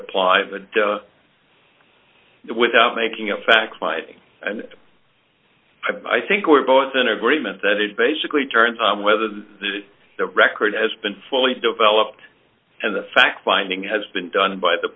apply but without making up facts lying and i think we're both in agreement that it's basically turns on whether the the record has been fully developed and the fact finding has been done by the